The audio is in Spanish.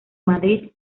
madrid